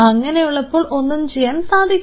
അങ്ങനെയുള്ളപ്പോൾ ഒന്നും ചെയ്യാൻ സാധിക്കില്ല